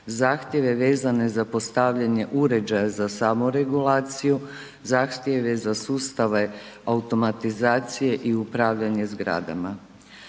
zahtjeve vezane za postavljanje uređaja za samoregulaciju, zahtjeve za sustave automatizacije i upravljanje zgradama.